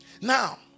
Now